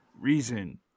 reason